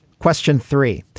question three.